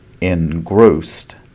engrossed